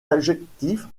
adjectifs